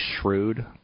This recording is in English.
shrewd